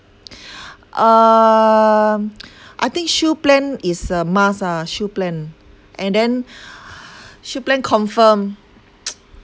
um I think shield plan is a must ah shield plan and then shield plan confirm